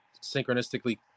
synchronistically